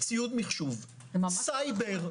ציוד מחשוב, סייבר.